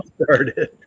started